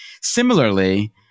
Similarly